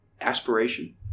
aspiration